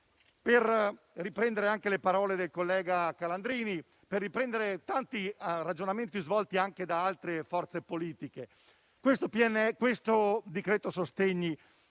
per riprendere anche le parole del collega Calandrini e tanti ragionamenti svolti anche da altre forze politiche, il presente decreto-legge sostegni